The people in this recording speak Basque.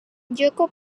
joko